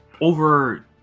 over